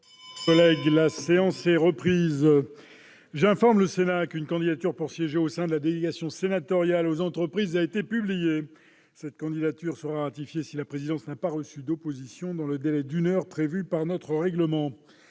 est suspendue. La séance est reprise. J'informe le Sénat qu'une candidature pour siéger au sein de la délégation sénatoriale aux entreprises a été publiée. Cette candidature sera ratifiée si la présidence n'a pas reçu d'opposition dans le délai d'une heure prévu par notre règlement.